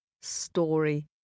story